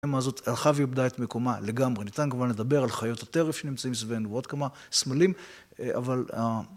הזאת הלכה ואיבדה את מקומה לגמרי, ניתן כמובן לדבר על חיות הטרף שנמצאים סביבנו ועוד כמה סמלים אבל